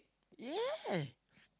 yes